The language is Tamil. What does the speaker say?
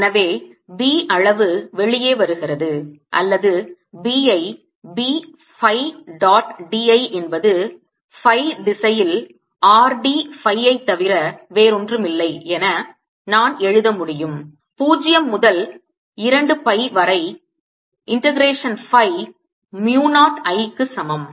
எனவே B அளவு வெளியே வருகிறது அல்லது Bயை B phi dot dI என்பது phi திசையில் R d Phi தவிர வேறொன்றுமில்லை என நான் எழுத முடியும் 0 முதல் 2 பை வரை integration phi mu 0 I க்கு சமம்